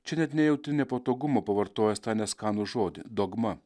čia net nejauti nepatogumo pavartojęs tą neskanų žodį dogma